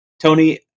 Tony